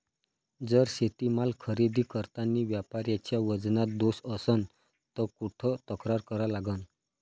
जर शेतीमाल खरेदी करतांनी व्यापाऱ्याच्या वजनात दोष असन त कुठ तक्रार करा लागन?